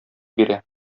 бирә